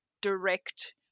direct